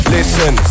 Listen